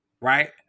right